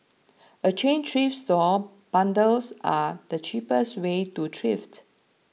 a chain thrift store bundles are the cheapest way to thrift